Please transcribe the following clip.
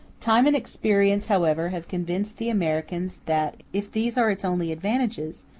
time and experience, however, have convinced the americans that if these are its only advantages,